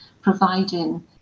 providing